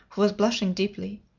who was blushing deeply.